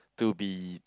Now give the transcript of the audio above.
to be